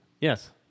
Yes